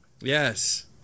Yes